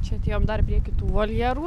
čia atėjom dar prie kitų voljerų